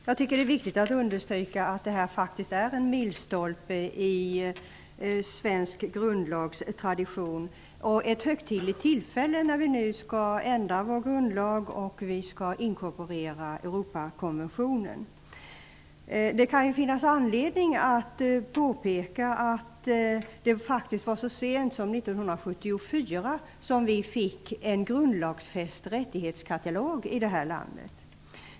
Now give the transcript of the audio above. Fru talman! Det är viktigt att understryka att det här faktiskt är en milstolpe i fråga om svensk grundlagstradition och ett högtidligt tillfälle, eftersom vi nu skall ändra vår grundlag och inkorporera Europakonventionen. Det kan finnas anledning att påpeka att vi i vårt land faktiskt så sent som 1974 fick en grundlagsfäst rättighetskatalog.